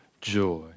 joy